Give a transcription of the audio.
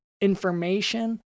Information